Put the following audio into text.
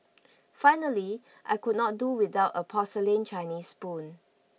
finally I could not do without a porcelain Chinese spoon